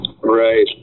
right